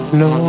no